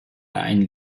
einen